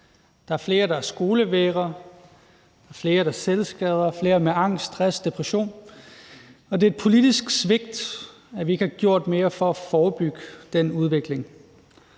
Der er flere, der skolevægrer, flere, der selvskader, flere med angst, stress, depression. Og det er et politisk svigt, at vi ikke har gjort mere for at forebygge den udvikling.